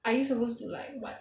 are you supposed to like what